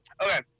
Okay